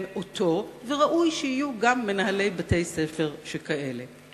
ראוי ואף רצוי שיהיו גם מנהלי בתי-ספר שכאלה.